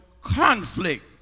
conflict